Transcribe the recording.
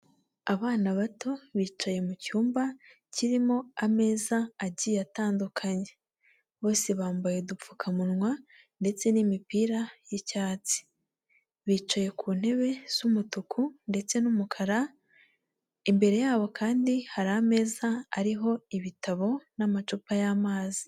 Abana bato bicaye mu cyumba kirimo ameza agiye atandukanye, bose bambaye udupfukamunwa ndetse n'imipira y'icyatsi, bicaye ku ntebe z'umutuku ndetse n'umukara, imbere yabo kandi hari ameza ariho ibitabo n'amacupa y'amazi.